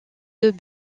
deux